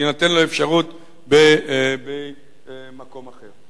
תינתן לו אפשרות במקום אחר.